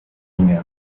اینه